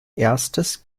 erstes